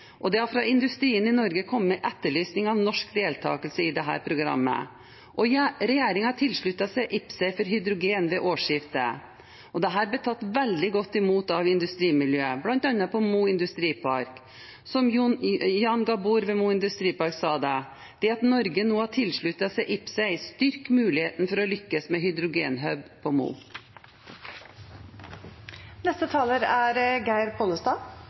Det har fra industrien i Norge kommet etterlysning etter norsk deltakelse i dette programmet, og regjeringen tilsluttet seg IPCEI for hydrogen ved årsskiftet. Dette ble tatt veldig godt imot i industrimiljøet, bl.a. på Mo industripark. Som Jan Gabor ved Mo Industripark sa det: Det at Norge nå har tilsluttet seg IPCEI, styrker mulighetene for å lykkes med Hydrogen Hub Mo.